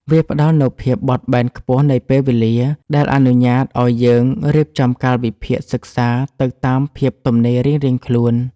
វាផ្ដល់នូវភាពបត់បែនខ្ពស់នៃពេលវេលា ដែលអនុញ្ញាតឱ្យយើងរៀបចំកាលវិភាគសិក្សាទៅតាមភាពទំនេររៀងៗខ្លួន។